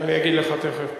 אני אגיד לך תיכף,